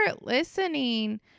listening